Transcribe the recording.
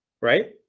right